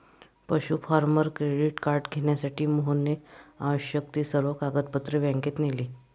पशु farmer credit card घेण्यासाठी मोहनने आवश्यक ती सर्व कागदपत्रे बँकेत नेली